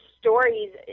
stories